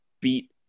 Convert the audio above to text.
beat